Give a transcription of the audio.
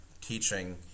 teaching